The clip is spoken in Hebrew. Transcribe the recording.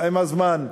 עם הזמן,